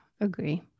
agree